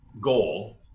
goal